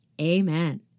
amen